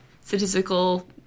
statistical